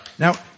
Now